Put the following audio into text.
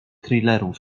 thrillerów